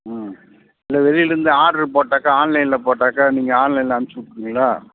ம் இல்லை வெளியில் இருந்து ஆட்ரு போட்டாக்கா ஆன்லைனில் போட்டாக்கா நீங்கள் ஆன்லைனில் அனுச்சு விட்ருவீங்களா